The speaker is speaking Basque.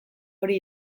hori